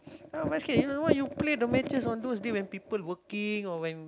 ya basket you know why you play the matches on those day when people working or when